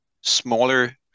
smaller